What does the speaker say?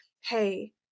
hey